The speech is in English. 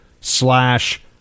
slash